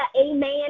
amen